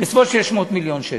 בסביבות 600 מיליון שקל.